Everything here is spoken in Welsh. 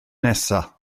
nesaf